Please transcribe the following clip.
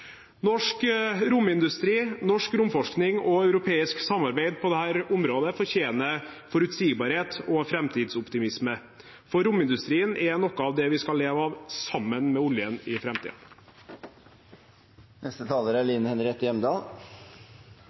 Norsk romindustri, norsk romforskning og europeisk samarbeid på dette området fortjener forutsigbarhet og framtidsoptimisme, for romindustrien er noe av det vi skal leve av, sammen med oljen, i